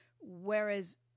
Whereas